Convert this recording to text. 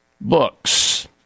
books